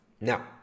Now